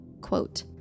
quote